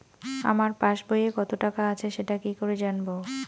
আমার পাসবইয়ে কত টাকা আছে সেটা কি করে জানবো?